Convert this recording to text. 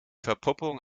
verpuppung